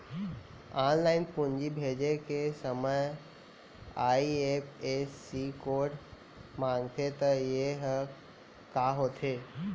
Online पूंजी भेजे के समय आई.एफ.एस.सी कोड माँगथे त ये ह का होथे?